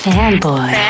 Fanboy